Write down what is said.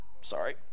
sorry